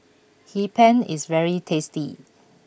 Hee Pan is very tasty